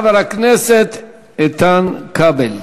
חבר הכנסת איתן כבל.